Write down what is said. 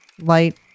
light